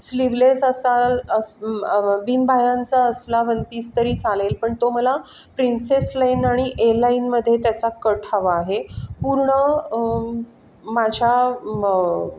sleeveless असाल असं बिन बाह्यांचा असला वन पीस तरी चालेल पण तो मला प्रिन्सेस लाईन आणि ए लाईनमध्ये त्याचा कट हवा आहे पूर्ण माझ्या मग